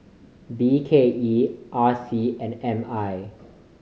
B K E R C and M I